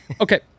Okay